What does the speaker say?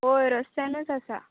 होय रस्त्यानूच आसा